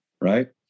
right